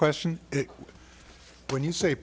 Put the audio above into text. question when you say